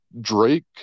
Drake